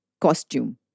Costume